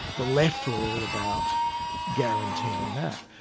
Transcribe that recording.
the left were all about guaranteeing that.